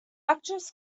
actress